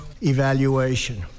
evaluation